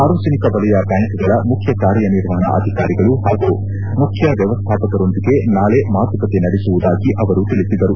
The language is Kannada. ಸಾರ್ವಜನಿಕ ವಲಯ ಬ್ಲಾಂಕ್ಗಳ ಮುಖ್ಯ ಕಾರ್ಯನಿರ್ವಹಣಾ ಅಧಿಕಾರಿಗಳು ಹಾಗೂ ಮುಖ್ಯ ವ್ಯವಸ್ಥಾಪಕರೊಂದಿಗೆ ನಾಳೆ ಮಾತುಕತೆ ನಡೆಸುವುದಾಗಿ ಅವರು ತಿಳಿಸಿದರು